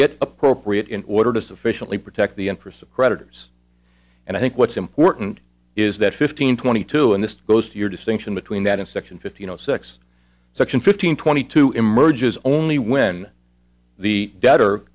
it appropriate in order to sufficiently protect the interests of creditors and i think what's important is that fifteen twenty two and this goes to your distinction between that and section fifteen zero six section fifteen twenty two emerges only when the debtor